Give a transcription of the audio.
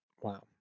Wow